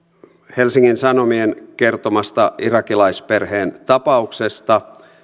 helsingin sanomien kertomasta irakilaisperheen tapauksesta